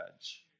judge